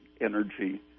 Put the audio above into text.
energy